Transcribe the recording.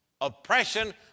oppression